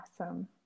Awesome